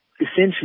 essentially